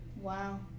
Wow